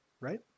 right